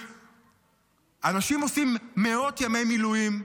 אנשים עושים מאות ימי מילואים,